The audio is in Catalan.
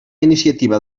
iniciativa